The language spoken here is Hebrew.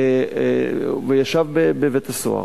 וישב בבית-הסוהר,